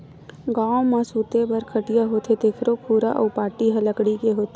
गाँव म सूते बर खटिया होथे तेखरो खुरा अउ पाटी ह लकड़ी के होथे